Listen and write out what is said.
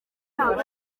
muri